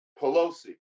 Pelosi